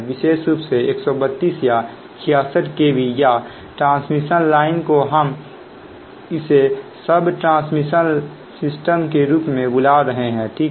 विशेष रूप से 132 या 66kv या ट्रांसमिशन लाइन को हम इसे सब ट्रांसमिशन सिस्टम के रूप में बुला रहे हैं ठीक है